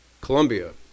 Colombia